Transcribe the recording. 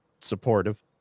supportive